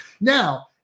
now